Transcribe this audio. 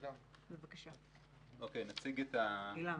בבקשה, עילם.